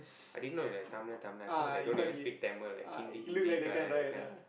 I didn't know he like Tamil Tamil I thought he like don't even speak Tamil like Hindi Hindi kind ah that kind